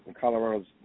Colorado's